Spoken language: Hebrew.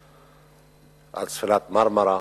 על ספינת "מרמרה"